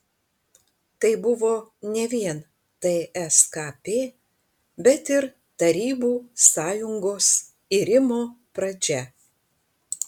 tai buvo ne vien tskp bet ir tarybų sąjungos irimo pradžia